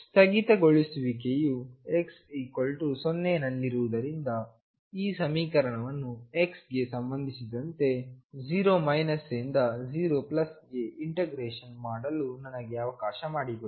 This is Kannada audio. ಸ್ಥಗಿತಗೊಳಿಸುವಿಕೆಯು x 0 ನಲ್ಲಿರುವುದರಿಂದ ಈ ಸಮೀಕರಣವನ್ನು x ಗೆ ಸಂಬಂಧಿಸಿದಂತೆ 0 ರಿಂದ 0 ಗೆ ಇಂಟಿಗ್ರೇಶನ್ ಮಾಡಲು ನನಗೆ ಅವಕಾಶ ಮಾಡಿಕೊಡಿ